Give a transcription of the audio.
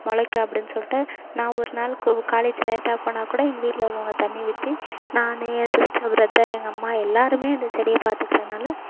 முளைக்கும் அப்படின்னு சொல்லிட்டு நான் ஒரு நாள் கு காலேஜ் லேட்டாக போனால் கூட எங்கள் வீட்டில் உள்ளவங்க தண்ணி ஊற்றி நான் ஏ சிஸ்டர் பிரதர் எங்கள் அம்மா எல்லாேருமே அந்த செடியை பார்த்துக்குறதுனால